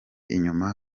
inyuma